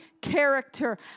character